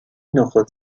نخود